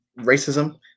racism